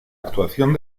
actuación